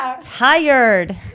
tired